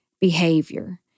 behavior